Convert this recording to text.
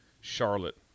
Charlotte